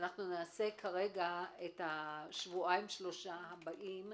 נעשה כרגע את השבועיים-שלושה הבאים,